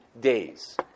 days